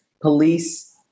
police